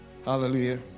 Hallelujah